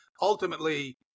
ultimately